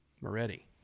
Moretti